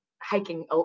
hiking